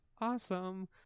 Awesome